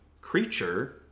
creature